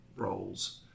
roles